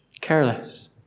Careless